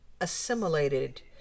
assimilated